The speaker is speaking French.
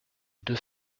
deux